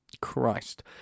Christ